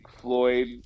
Floyd